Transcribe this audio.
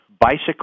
Bicycle